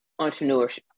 entrepreneurship